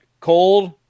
cold